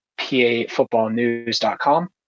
pafootballnews.com